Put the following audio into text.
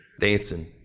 dancing